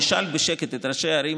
תשאל בשקט את ראשי הערים,